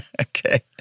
Okay